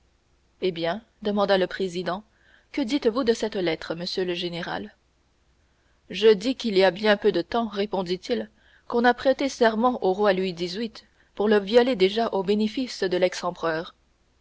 eh bien demanda le président que dites-vous de cette lettre monsieur le général je dis qu'il y a bien peu de temps répondit-il qu'on a prêté serment au roi louis xviii pour le violer déjà au bénéfice de